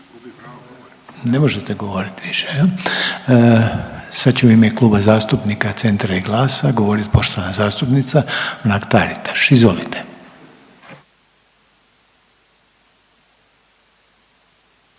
ne možete govorit više jel, sad će u ime Kluba zastupnika Centra i GLAS-a govorit poštovana zastupnica Mrak Taritaš. Izvolite.